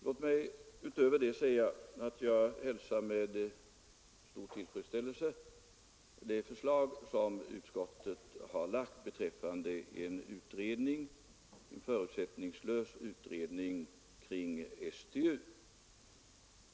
Låt mig utöver det säga att jag hälsar med stor tillfredsställelse det förslag som utskottet har lagt fram beträffande en förutsättningslös utredning kring STU.